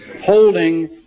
Holding